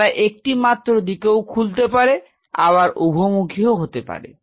তারা একটি মাত্র দিকেও খুলতে পারে আবার উভমুখীও হতে পারে